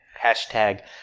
hashtag